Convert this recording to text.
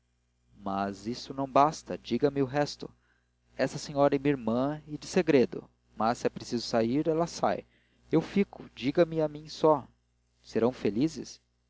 mas isso não basta diga-me o resto esta senhora é minha irmã e de segredo mas se é preciso sair ela sai eu fico diga-me a mim só serão felizes